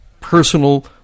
personal